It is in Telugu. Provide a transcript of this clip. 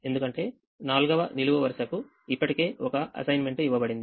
ఎందుకంటే నాల్గవనిలువు వరుసకు ఇప్పటికే ఒక అసైన్మెంట్ ఇవ్వబడింది